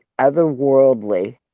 otherworldly